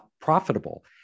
profitable